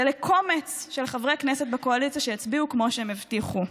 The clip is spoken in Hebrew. קומץ של חברי כנסת בקואליציה שיצביעו כמו שהם הבטיחו.